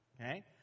okay